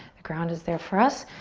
the ground is there for us.